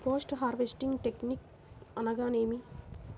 Post harvesting technique అనగా నేమి?